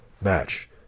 match